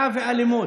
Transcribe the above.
פשיעה ואלימות,